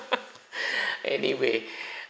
anyway